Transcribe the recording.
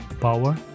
power